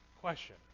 Question